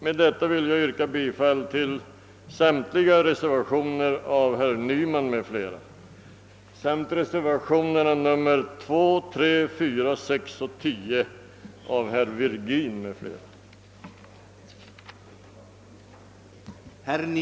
Med detta vill jag yrka bifall till samtliga reservationer av herr Nyman m.fl. i statsutskottets utlåtanden nr 100 och 101 samt till reservationerna nr 2, 3, 4, 6 och 10 av herr Virgin m.fl. i utskottets utlåtande nr 100.